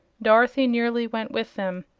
dorothy nearly went with them,